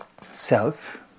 self